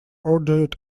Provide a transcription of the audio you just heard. ordered